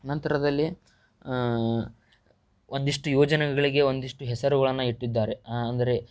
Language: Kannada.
ನಂತರದಲ್ಲಿ ಒಂದಿಷ್ಟು ಯೋಜನೆಗಳಿಗೆ ಒಂದಿಷ್ಟು ಹೆಸರುಗಳನ್ನು ಇಟ್ಟಿದ್ದಾರೆ ಅಂದರೆ